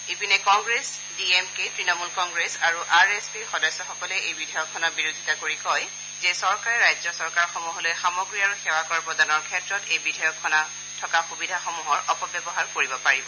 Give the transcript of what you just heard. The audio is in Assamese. ইপিনে Congress D M K Trinamool Congress আৰু আৰ এছ পিৰ সদস্যসকলে এই বিধেয়কখনৰ বিৰোধিতা কৰি কয় যে চৰকাৰে ৰাজ্যচৰকাৰসমূহলৈ সামগ্ৰী আৰু সেৱাকৰ প্ৰদানৰ ক্ষেত্ৰত এই বিধেয়কখনত থকা সুবিধাসমূহৰ অপব্যৱহাৰ কৰিব পাৰিব